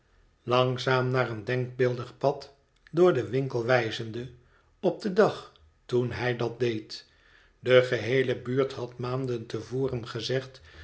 langzaam naar een denkbeeldig pad door den winkel wijzende op den dag toen hij dat deed de geheele buurt had maanden te voren gezegd